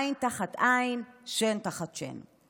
עין תחת עין, שן תחת שן.